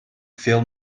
fill